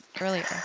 earlier